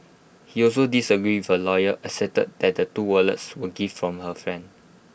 he also disagreed her lawyer asserted that the two wallets were gifts from her friend